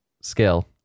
skill